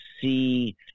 see